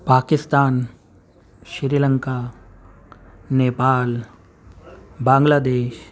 پاکستان شری لنکا نیپال بانگلا دیش